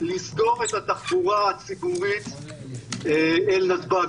לסגור את התחבורה הציבורית אל נתב"ג.